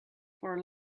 for